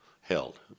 held